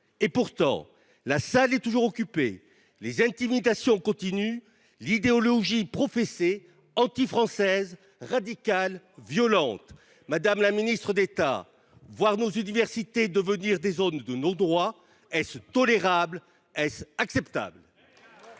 Pourtant, la salle est toujours occupée. Les intimidations continuent. L’idéologie qui y est professée est antifrançaise, radicale et violente ! Madame la ministre d’État, nous voyons nos universités devenir des zones de non droit. Est ce tolérable ? Est ce acceptable ?